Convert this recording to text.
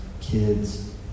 kids